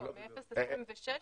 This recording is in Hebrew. לא, מ-0.26 ל-0.8.